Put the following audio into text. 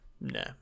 no